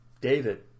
David